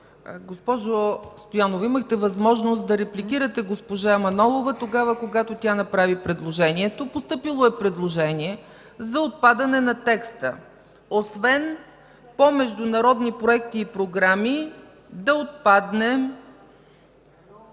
Госпожо Стоянова, имахте възможност да репликирате госпожа Манолова тогава, когато тя направи предложението. Постъпило е предложение за отпадане на текста: „освен по международни проекти и програми”.